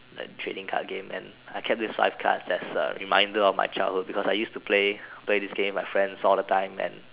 like trading card game and I kept this five cards as a reminder of my childhood because I used to play play this game with my friends all the time and